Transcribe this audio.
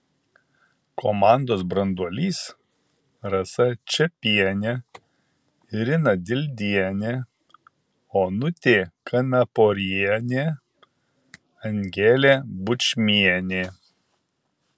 komandos branduolys rasa čepienė irina dildienė onutė kanaporienė angelė bučmienė